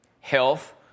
Health